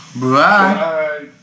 Bye